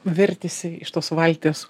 vertėsi iš tos valties